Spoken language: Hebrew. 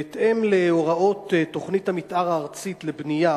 בהתאם להוראות תוכנית המיתאר הארצית לבנייה,